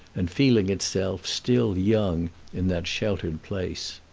and feeling itself still young in that sheltered place.